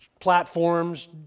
platforms